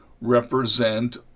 represent